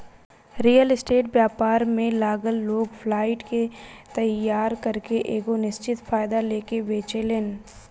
real estate व्यापार में लागल लोग फ्लाइट के तइयार करके एगो निश्चित फायदा लेके बेचेलेन